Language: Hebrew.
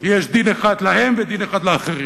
כי יש דין אחד להם, ודין אחד לאחרים.